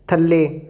ਥੱਲੇ